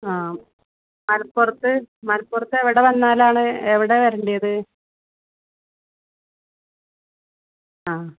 ആ മലപ്പുറത്ത് മലപ്പുറത്ത് എവിടെ വന്നാലാണ് എവിടെയാണ് വരേണ്ടത് ആ